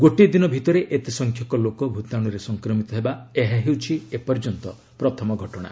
ଗୋଟିଏ ଦିନ ଭିତରେ ଏତେ ସଂଖ୍ୟକ ଲୋକ ଭୂତାଣୁରେ ସଂକ୍ରମିତ ହେବା ଏହା ହେଉଛି ଏପର୍ଯ୍ୟନ୍ତ ପ୍ରଥମ ଘଟଣା